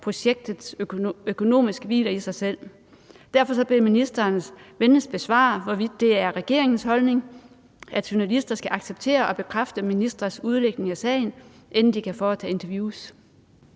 at »projektet økonomisk hviler i sig selv.« – vil ministeren på den baggrund venligst forklare, hvorvidt det er regeringens holdning, at journalister skal acceptere og bekræfte ministres udlægning af sager, inden de foretager interviews?